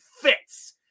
fits